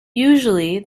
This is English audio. usually